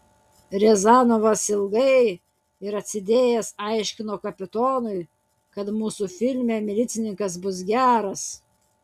riazanovas ilgai ir atsidėjęs aiškino kapitonui kad mūsų filme milicininkas bus geras